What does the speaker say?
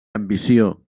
ambició